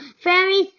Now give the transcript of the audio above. fairies